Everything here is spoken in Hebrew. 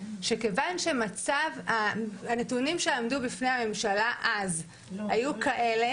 שכיוון השנתונים שעמדו בפני הממשלה אז היו כאלה